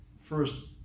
first